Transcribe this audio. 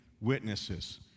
witnesses